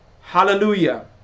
Hallelujah